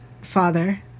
father